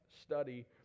study